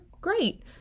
great